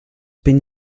been